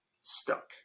stuck